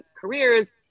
careers